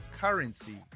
currency